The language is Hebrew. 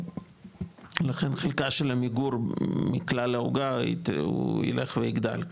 לכן חלקה של עמיגור מכלל העוגה הוא ילך ויגדל,